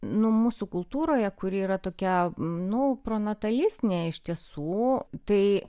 nu mūsų kultūroje kuri yra tokia nu pronatalistinė iš tiesų tai